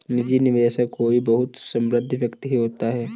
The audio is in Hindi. निजी निवेशक कोई बहुत समृद्ध व्यक्ति ही होता है